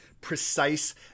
precise